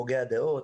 הוגי הדעות,